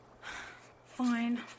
Fine